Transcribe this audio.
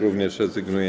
Również rezygnuje.